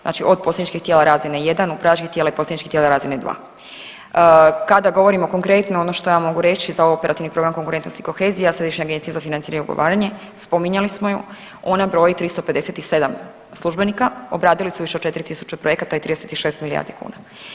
Znači od posredničkih tijela razine 1 upravljačkih tijela i posredničkih tijela razine 2. Kada govorimo konkretno, ono što ja mogu reći za Operativni program konkurentnost i kohezija Središnje agencije za financiranje i ugovaranje, spominjali smo ju, ona broji 357 službenika, obradili su više od 4 000 projekata i 36 milijardi kuna.